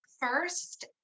First